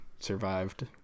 survived